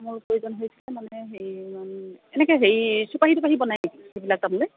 তামোল প্ৰয়োজন হৈছিলে মানে হেৰি এনেকৈ হেৰি চুপাৰী তুপাৰী বনায় নেকি সেইবিলাক তামোলে